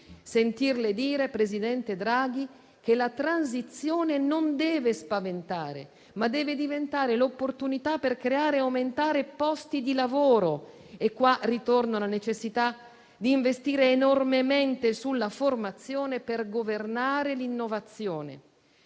sentirle dire, presidente Draghi, che la transizione non deve spaventare, ma deve diventare l'opportunità per creare e aumentare posti di lavoro; qua ritorna la necessità di investire enormemente sulla formazione per governare l'innovazione.